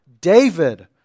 David